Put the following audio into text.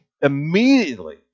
immediately